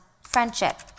friendship